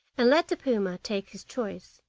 and let the puma take his choice.